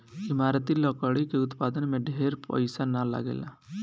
इमारती लकड़ी के उत्पादन में ढेर पईसा ना लगेला